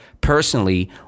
personally